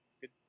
good